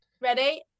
Ready